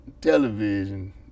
television